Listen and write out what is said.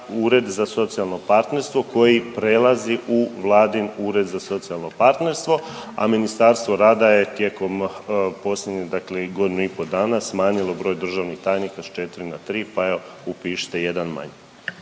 ured za socijalno partnerstvo koji prelazi u vladin ured za socijalno partnerstvo, a Ministarstvo rada je tijekom posljednjih dakle godinu i po' dana smanjilo broj državnih tajnika s 4 na 3, pa evo, upišite jedan manje.